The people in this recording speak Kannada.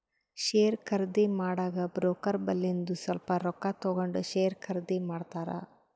ಶೇರ್ ಖರ್ದಿ ಮಾಡಾಗ ಬ್ರೋಕರ್ ಬಲ್ಲಿಂದು ಸ್ವಲ್ಪ ರೊಕ್ಕಾ ತಗೊಂಡ್ ಶೇರ್ ಖರ್ದಿ ಮಾಡ್ತಾರ್